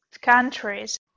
countries